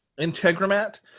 Integramat